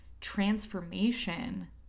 transformation